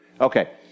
okay